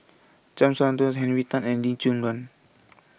Cham Soon Tao Henry Tan and Lee Choon